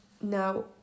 Now